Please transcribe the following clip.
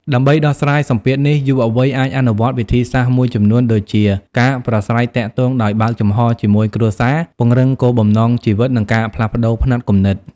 ដើម្បីដោះស្រាយសម្ពាធនេះ យុវវ័យអាចអនុវត្តវិធីសាស្ត្រមួយចំនួនដូចជា ការប្រាស្រ័យទាក់ទងដោយបើកចំហជាមួយគ្រួសារ ពង្រឹងគោលបំណងជីវិត នឹងការផ្លាស់ប្តូរផ្នត់គំនិត ។